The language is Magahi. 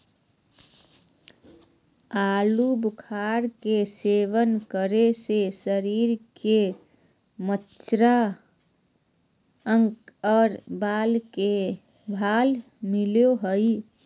आलू बुखारे के सेवन करे से शरीर के चमड़ा, आंख आर बाल के लाभ मिलो हय